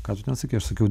ką tu ten sakei aš sakiau